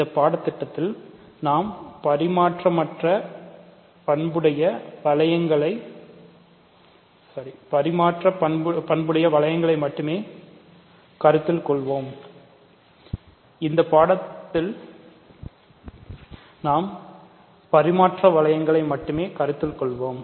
இந்த பாடத்திட்டத்தில் நாம் பரிமாற்ற வளையங்களை மட்டுமே கருத்தில் கொள்வோம்